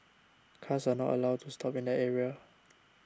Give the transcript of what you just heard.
cars are not allowed to stop in that area